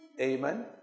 Amen